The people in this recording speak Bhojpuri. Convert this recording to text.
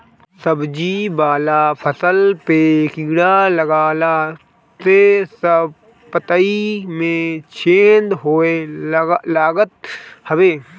सब्जी वाला फसल पे कीड़ा लागला से सब पतइ में छेद होए लागत हवे